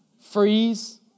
freeze